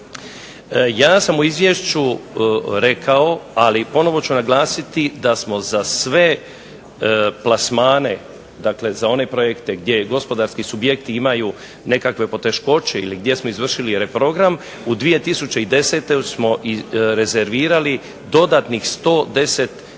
Ja sam u Izvješću rekao ali ponovno ću naglasiti da smo za sve plasmane dakle, za one projekte gdje gospodarski subjekti imaju nekakve poteškoće ili gdje smo izvršili reprogram, u 2010. smo rezervirali dodatnih 110 milijuna